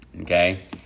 okay